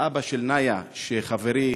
אבא של נאיה, שחברי